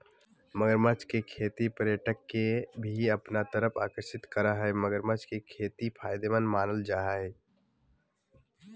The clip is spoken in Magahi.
मगरमच्छ के खेती पर्यटक के भी अपना तरफ आकर्षित करअ हई मगरमच्छ के खेती फायदेमंद मानल जा हय